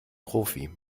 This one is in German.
profi